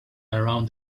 around